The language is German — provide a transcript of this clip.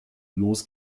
los